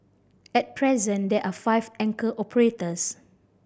at present there are five anchor operators